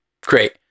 great